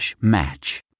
match